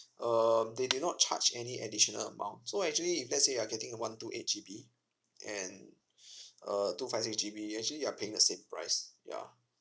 um they did not charge any additional amount so actually if let's say you're getting one two eight G_B and uh two five six G_B actually you're paying the same price ya